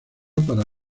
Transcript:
para